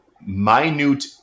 minute